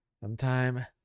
Sometime